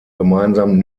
gemeinsam